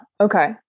Okay